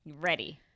Ready